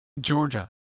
Georgia